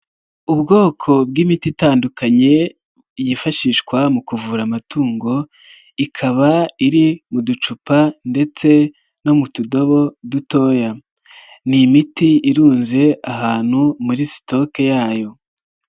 Ubwoko bw'imiti itandukanye yifashishwa mu kuvura amatungo ikaba iri mu ducupa ndetse no mu tudobo dutoya, ni imiti irunze ahantu muri sitoke yayo.